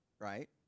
right